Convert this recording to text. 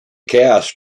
cast